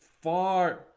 Far